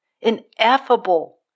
Ineffable